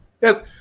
yes